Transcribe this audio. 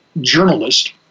journalist